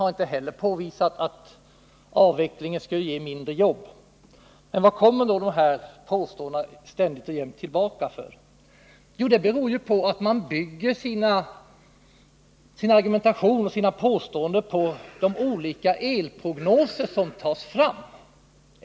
Inte heller den har påvisat att en avveckling skulle ge färre jobb. Men varför kommer då påståenden härom ständigt och jämt tillbaka? Jo, det beror på att man bygger sin argumentation och sina påståenden på de olika elprognoser som tas fram.